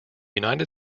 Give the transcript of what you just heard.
united